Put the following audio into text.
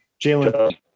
Jalen